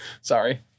sorry